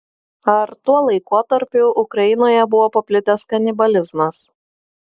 ar tuo laikotarpiu ukrainoje buvo paplitęs kanibalizmas